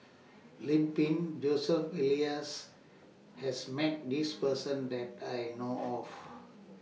Lim Pin Joseph Elias has Met This Person that I know of